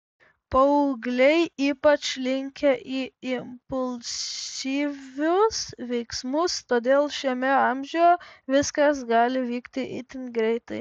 paaugliai ypač linkę į impulsyvius veiksmus todėl šiame amžiuje viskas gali vykti itin greitai